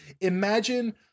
imagine